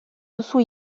duzu